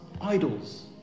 idols